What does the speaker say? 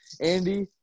Andy